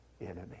enemy